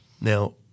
Now